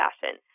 fashion